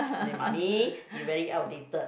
they mummy you very outdated